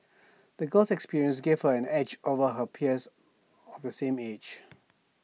the girl's experiences gave her an edge over her peers of the same age